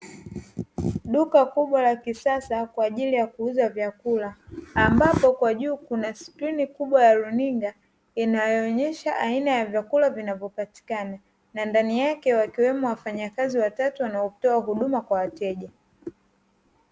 Duka kubwa la kisasa kwa ajili ya kuuza vyakula, ambapo kwa juu kuna skrini kubwa ya runinga inayoonyesha aina ya vyakula vinavyopatikana. Na ndani yake wakiwemo wafanyakazi watatu wanaotoa huduma kwa wateja.